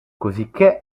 cosicché